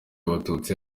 abatutsi